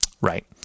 Right